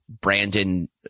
Brandon